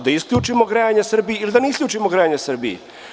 Da isključimo grejanje Srbiji ili da ne isključimo grejanje Srbiji?